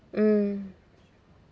mm